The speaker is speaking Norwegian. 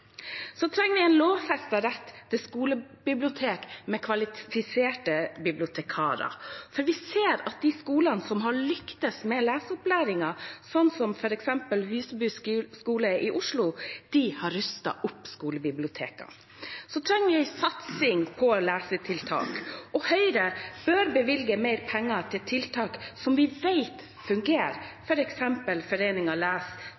trenger en lovfestet rett til skolebibliotek med kvalifiserte bibliotekarer, for vi ser at de skolene som har lyktes med leseopplæringen, sånn som f.eks. Huseby skole i Oslo, har rustet opp skolebibliotekene. Så trenger vi en satsing på lesetiltak, og Høyre bør bevilge mer penger til tiltak som vi